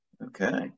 Okay